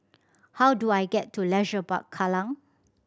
how do I get to Leisure Park Kallang